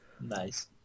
Nice